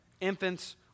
infants